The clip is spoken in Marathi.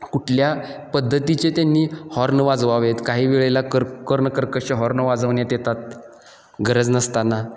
कुठल्या पद्धतीचे त्यांनी हॉर्न वाजवावेत काही वेळेला कर कर्णकर्कश हॉर्न वाजवण्यात येतातगरज नसताना